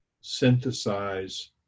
synthesize